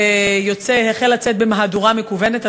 והחל לצאת במהדורה מקוונת.